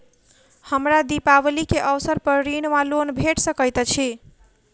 हमरा दिपावली केँ अवसर पर ऋण वा लोन भेट सकैत अछि?